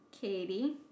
Katie